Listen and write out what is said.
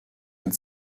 mit